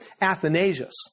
Athanasius